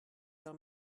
del